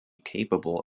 capable